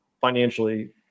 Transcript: financially